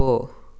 போ